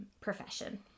profession